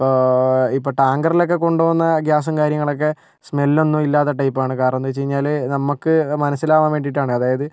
ഇപ്പോൾ ടാങ്കറിൽ ഒക്കെ കൊണ്ട് പോകുന്ന ഗ്യാസും കാര്യങ്ങളൊക്കെ സ്മെൽ ഒന്നും ഇല്ലാത്ത ടൈപ്പാണ് കാരണം എന്ത് വെച്ച് കഴിഞ്ഞാൽ നമുക്ക് മനസ്സിലാക്കാൻ വേണ്ടിയിട്ടാണ് അതായത്